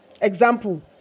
Example